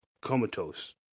comatose